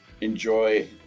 enjoy